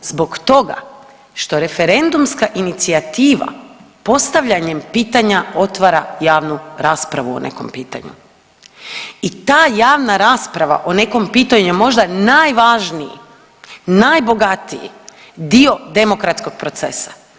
Zbog toga što referendumska inicijativa postavljanjem pitanja otvara javnu raspravu o nekom pitanju i ta javna rasprava o nekom pitanju je možda najvažniji, najbogatiji dio demokratskog procesa.